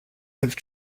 have